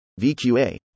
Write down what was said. VQA